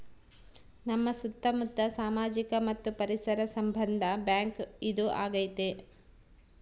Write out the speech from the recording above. ನಮ್ ಸುತ್ತ ಮುತ್ತ ಸಾಮಾಜಿಕ ಮತ್ತು ಪರಿಸರ ಸಂಬಂಧ ಬ್ಯಾಂಕ್ ಇದು ಆಗೈತೆ